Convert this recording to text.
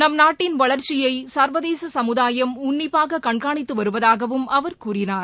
நம் நாட்டின் வளர்ச்சியை சர்வதேச சமுதாயம் உன்னிப்பாக கண்காணித்து வருவதாகவும் அவர் கூறினார்